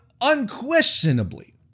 unquestionably